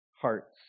hearts